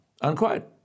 unquote